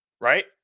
right